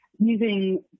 using